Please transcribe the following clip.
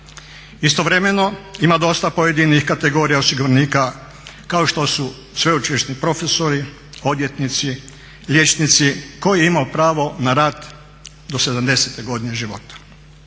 Istovremeno ima dosta pojedinih kategorija osiguranika kao što su sveučilišni profesori, odvjetnici, liječnici koji imaju pravo na rad do 70 godine života.